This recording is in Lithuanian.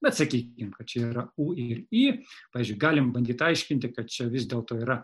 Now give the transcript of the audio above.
bet sakykime kad čia yra u ir i pavyzdžiui galim bandyt aiškinti kad čia vis dėlto yra